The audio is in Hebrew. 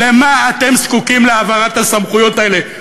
למה אתם זקוקים להעברת הסמכויות האלה?